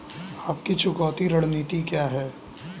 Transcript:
आपकी चुकौती रणनीति क्या है?